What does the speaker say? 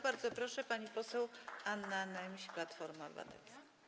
Bardzo proszę, pani poseł Anna Nemś, Platforma Obywatelska.